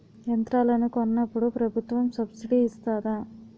యంత్రాలను కొన్నప్పుడు ప్రభుత్వం సబ్ స్సిడీ ఇస్తాధా?